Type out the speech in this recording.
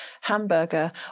hamburger